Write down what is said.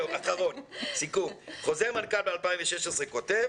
סיכום, חוזר מנכ"ל מ-2016 כותב: